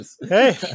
Hey